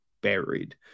Buried